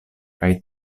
kaj